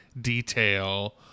Detail